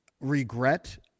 regret